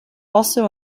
also